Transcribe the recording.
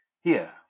Here